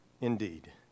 indeed